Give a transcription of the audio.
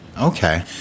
Okay